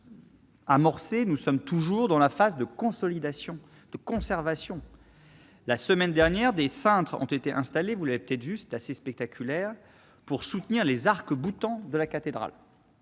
amorcée ; nous sommes toujours dans la phase de consolidation et de conservation. La semaine dernière, des cintres ont été installés- peut-être avez-vous assisté à cette scène assez spectaculaire -pour soutenir les arcs-boutants de la cathédrale,